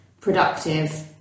productive